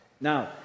Now